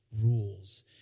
rules